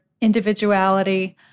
individuality